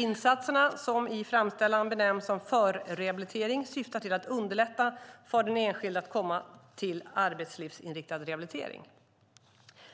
Insatserna, som i framställan benämns som förrehabilitering, syftar till att underlätta för den enskilde att komma till arbetslivsinriktad rehabilitering.